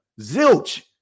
zilch